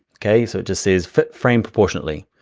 okay? so it just says fit frame proportionately.